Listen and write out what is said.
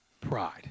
Pride